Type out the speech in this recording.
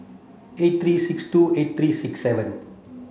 eight three six two eight three six seven